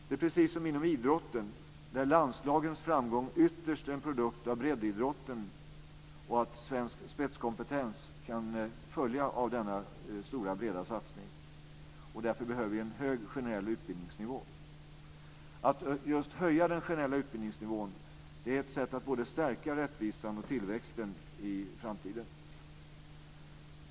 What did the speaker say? Det är precis som inom idrotten, där landslagens framgång ytterst är en produkt av breddidrotten. Svensk spetskompetens kan följa av denna stora breda satsning. Därför behöver vi en hög generell utbildningsnivå. Att just höja den generella utbildningsnivån är ett sätt att stärka både rättvisan och tillväxten i framtiden.